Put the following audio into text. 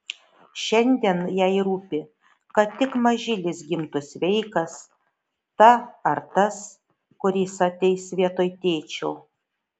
šiandien jai rūpi kad tik mažylis gimtų sveikas ta ar tas kuris ateis vietoj tėčio